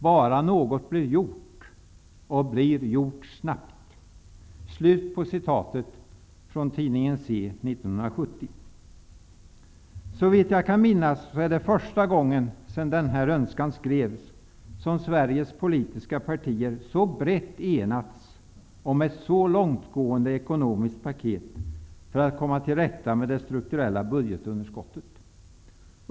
Bara något blir gjort, och blir gjort snabbt''. Såvitt jag kan minnas är det första gången sedan denna önskan uttrycktes som Sveriges politiska partier så brett enats om ett så långtgående ekonomiskt paket för att komma till rätta med det strukturella budgetunderskottet.